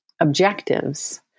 objectives